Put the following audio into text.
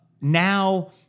now